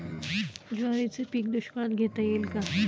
ज्वारीचे पीक दुष्काळात घेता येईल का?